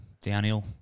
downhill